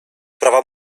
prawa